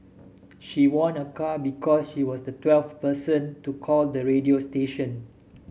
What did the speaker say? she won a car because she was the twelfth person to call the radio station